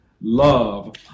love